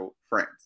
friends